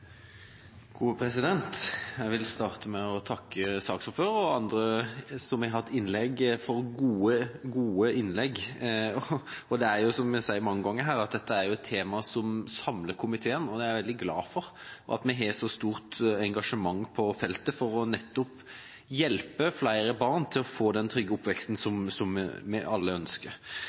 gode løsningene. Det bidrar Stortinget til i denne saken. Jeg vil starte med å takke saksordføreren og andre som har hatt innlegg, for gode innlegg. Som vi sier mange ganger her, er dette et tema som samler komiteen. Det er jeg veldig glad for, og jeg er glad for at vi har så stort engasjement på feltet for nettopp å hjelpe flere barn til å få den trygge oppveksten som vi alle ønsker.